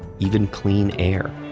even clean air.